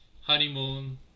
honeymoon